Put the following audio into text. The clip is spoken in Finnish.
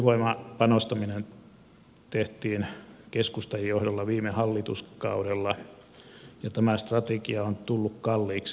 tuulivoimapanostaminen tehtiin keskustan johdolla viime hallituskaudella ja tämä strategia on tullut kalliiksi